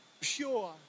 pure